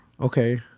Okay